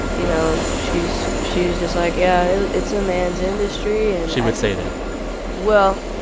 you know, she's she was just like, yeah, it's a man's industry. and. she would say that well,